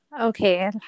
Okay